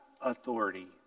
authority